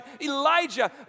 Elijah